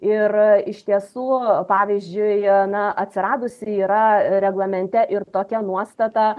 ir iš tiesų pavyzdžiui na atsiradusi yra reglamente ir tokia nuostata